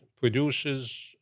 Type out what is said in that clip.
produces